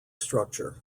structure